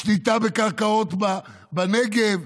שליטה בקרקעות בנגב.